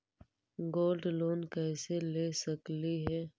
Gold loan कैसे ले सकली हे?